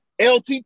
LT